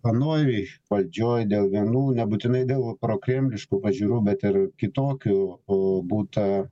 anoj valdžioj dėl vienų nebūtinai dėl prokremliškų pažiūrų bet ir kitokių būta